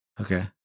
Okay